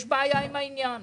יש בעיה עם העניין הזה.